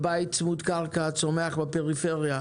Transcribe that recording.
ובית צמוד קרקע הצומח בפריפריה,